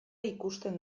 ikusten